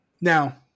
Now